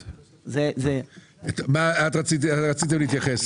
אתם רציתם להתייחס.